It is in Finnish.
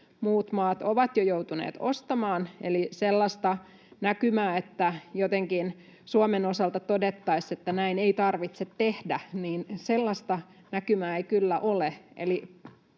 muut maat ovat jo joutuneet ostamaan. Eli sellaista näkymää, että jotenkin Suomen osalta todettaisiin, että näin ei tarvitse tehdä, ei kyllä ole.